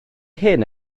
hyn